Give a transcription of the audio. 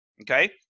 okay